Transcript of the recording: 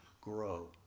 grow